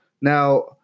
Now